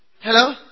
Hello